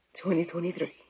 2023